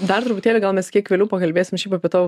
dar truputėlį gal mes kiek vėliau pakalbėsim šiaip apie tavo